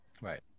Right